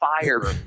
fire